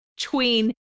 tween